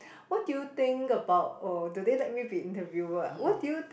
what do you think about or do they let me be interviewer what do you think